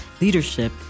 leadership